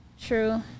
True